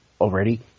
already